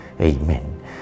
Amen